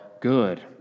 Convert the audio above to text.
good